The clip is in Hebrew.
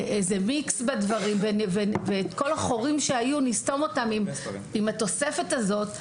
מיקס בדברים ונסתום עם התוספת הזאת את כל החורים שהיו,